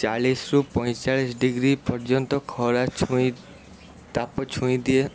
ଚାଳିଶି ରୁ ପଇଁଚାଳିଶି ଡିଗ୍ରୀ ପର୍ଯ୍ୟନ୍ତ ଖରା ଛୁଇଁ ତାପ ଛୁଇଁ ଦିଏ